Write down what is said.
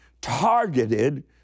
targeted